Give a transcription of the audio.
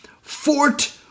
Fort